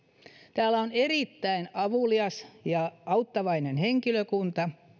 täällä on erittäin avulias ja auttavainen henkilökunta